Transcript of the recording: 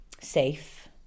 safe